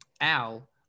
Al